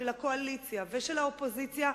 של הקואליציה ושל האופוזיציה,